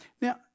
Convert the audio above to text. Now